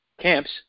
camps